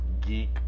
geek